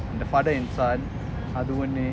the father and son அது ஒன்னு:athu onnu